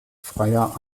freier